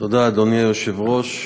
אדוני היושב-ראש,